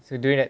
so during that